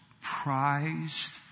prized